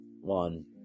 one